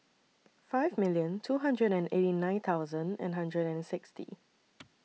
five million two hundred and eighty nine thousand and hundred and sixty